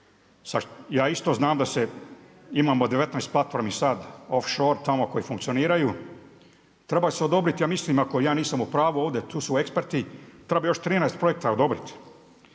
ja isto znam da imamo 19 platformi off shore tamo koje funkcioniraju, treba se odobriti, ja mislim ako ja nisam u pravu ovdje, tu su eksperti, trebalo bi još 13 projekta odobriti.